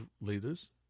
leaders